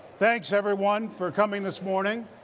thanks, everyone, for coming this morning.